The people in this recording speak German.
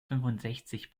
fünfundsechzig